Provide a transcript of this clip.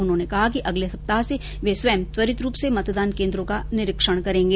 उन्होंने कहा कि अगले सप्ताह से वे स्वयं त्वरित रूप से मतदान केन्द्रों का निरीक्षण करेंगे